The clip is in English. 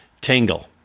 tangle